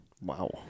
Wow